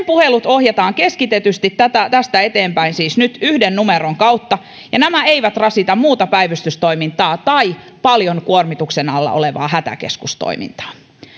puhelut ohjataan keskitetysti nyt tästä eteenpäin siis yhden numeron kautta ja nämä eivät rasita muuta päivystystoimintaa tai paljon kuormituksen alla olevaa hätäkeskustoimintaa